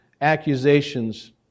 accusations